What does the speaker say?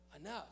enough